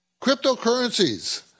Cryptocurrencies